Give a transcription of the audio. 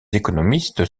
économistes